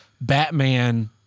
batman